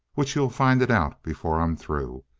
which you'll find it out before i'm through.